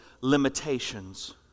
limitations